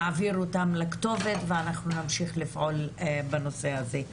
נעביר אותן לכתובת ונמשיך לפעול בנושא הזה.